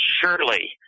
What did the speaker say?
surely